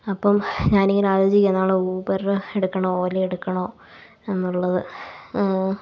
അപ്പം ഞാനിങ്ങനെ ആലോചിച്ചിരിക്കുകയാണ് നാളെ ഊബർ എടുക്കണോ ഓലയെടുക്കണോ എന്നുള്ളത്